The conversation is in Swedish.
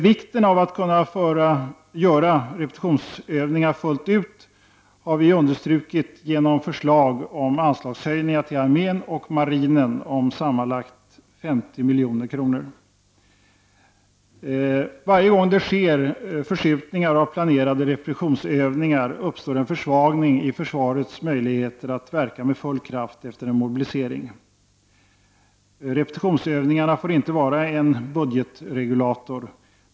Vikten av att kunna göra repetitionsövningar fullt ut har vi understrukit genom förslag om anslagshöjningar till armén och marinen om sammanlagt 50 milj.kr. Varje gång det sker förskjutningar av planerade repetitionsövningar uppstår en försvagning av försvarets möjligheter att verka med full kraft efter en mobilisering. Repetitionsövningarna får inte vara en budgetregulator.